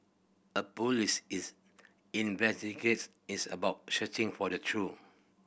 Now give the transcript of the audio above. a police is investigate is about searching for the true